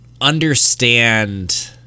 understand